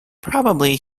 probably